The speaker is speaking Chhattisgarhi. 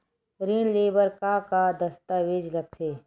ऋण ले बर का का दस्तावेज लगथे?